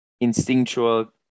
instinctual